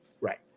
Right